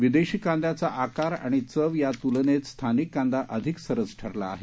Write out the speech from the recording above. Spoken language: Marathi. विदेशी कांद्याचा आकार आणि चव या तुलनेत स्थानिक कांदा अधिक सरस ठरला आहे